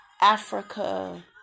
Africa